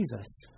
Jesus